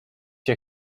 się